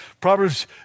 Proverbs